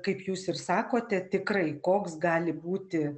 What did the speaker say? kaip jūs ir sakote tikrai koks gali būti